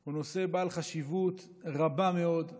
הוא נושא בעל חשיבות רבה מאוד.